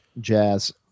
jazz